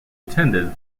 attended